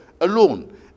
alone